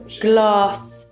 glass